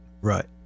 Right